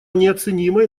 неоценимой